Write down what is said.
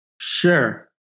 Sure